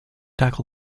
tackle